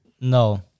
No